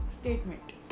statement